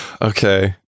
Okay